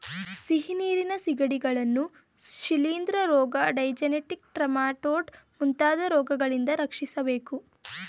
ಸಿಹಿನೀರಿನ ಸಿಗಡಿಗಳನ್ನು ಶಿಲಿಂದ್ರ ರೋಗ, ಡೈಜೆನೆಟಿಕ್ ಟ್ರೆಮಾಟೊಡ್ ಮುಂತಾದ ರೋಗಗಳಿಂದ ರಕ್ಷಿಸಬೇಕು